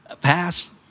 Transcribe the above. Pass